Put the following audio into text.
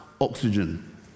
oxygen